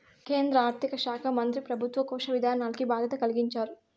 కేంద్ర ఆర్థిక శాకా మంత్రి పెబుత్వ కోశ విధానాల్కి బాధ్యత కలిగించారు